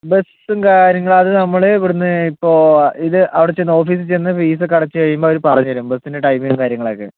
ബസ്സും കാര്യങ്ങളും അത് നമ്മൾ ഇവിടെ നിന്ന് ഇപ്പോൾ ഇത് അവിടെ ചെന്ന് ഓഫീസിൽ ചെന്ന് ഫീസോക്കെ അടച്ച് കഴിയുമ്പോൾ അവർ പറഞ്ഞു തരും ബസ്സിന്റെ ടൈമും കാര്യങ്ങളൊക്കെ